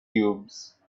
cubes